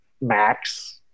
max